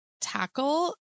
tackle